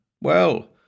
Well